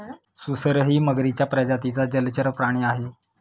सुसरही मगरीच्या प्रजातीचा जलचर प्राणी आहे